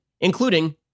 including